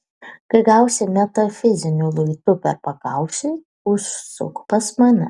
kai gausi metafiziniu luitu per pakaušį užsuk pas mane